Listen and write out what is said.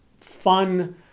fun